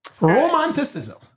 Romanticism